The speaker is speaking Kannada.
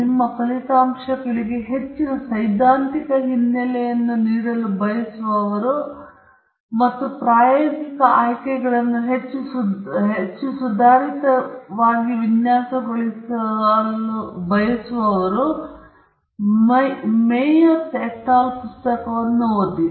ನಿಮ್ಮ ಫಲಿತಾಂಶಗಳಿಗೆ ಹೆಚ್ಚಿನ ಸೈದ್ಧಾಂತಿಕ ಹಿನ್ನೆಲೆಯನ್ನು ನೀಡಲು ಬಯಸುವ ಮತ್ತು ಪ್ರಾಯೋಗಿಕ ಆಯ್ಕೆಗಳನ್ನು ಹೆಚ್ಚು ಸುಧಾರಿತ ವಿನ್ಯಾಸದ ಮೂಲಕ ಅನ್ವೇಷಿಸಲು ಬಯಸುವವರು ಮೈಯರ್ಸ್ et al ಪುಸ್ತಕವನ್ನು ಓದಿ